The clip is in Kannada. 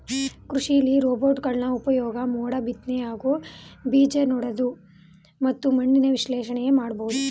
ಕೃಷಿಲಿ ರೋಬೋಟ್ಗಳ ಉಪ್ಯೋಗ ಮೋಡ ಬಿತ್ನೆ ಹಾಗೂ ಬೀಜನೆಡೋದು ಮತ್ತು ಮಣ್ಣಿನ ವಿಶ್ಲೇಷಣೆನ ಮಾಡ್ಬೋದು